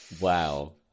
Wow